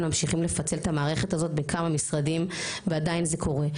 ממשיכים לפצל את המערכת הזאת בכמה משרדים ועדיין זה קורה,